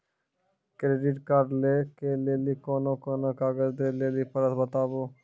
Credit card लै के लेली कोने कोने कागज दे लेली पड़त बताबू?